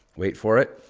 wait for it,